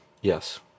Yes